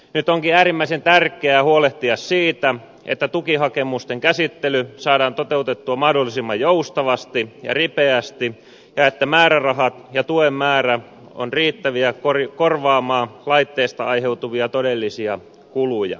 nyt onkin äärimmäisen tärkeää huolehtia siitä että tukihakemusten käsittely saadaan toteutettua mahdollisimman joustavasti ja ripeästi ja että määrärahat ja tuen määrä ovat riittäviä korvaamaan laitteista aiheutuvia todellisia kuluja